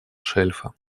шельфа